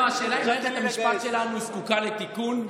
השאלה היא אם מערכת המשפט שלנו זקוקה לתיקון.